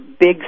big